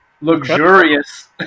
Luxurious